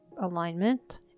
alignment